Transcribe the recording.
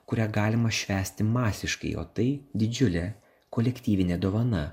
kurią galima švęsti masiškai o tai didžiulė kolektyvinė dovana